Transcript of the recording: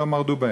לא מרדו בהם.